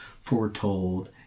foretold